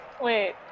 Wait